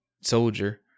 Soldier